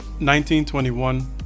1921